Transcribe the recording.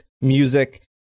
music